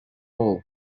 ball